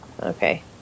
Okay